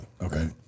Okay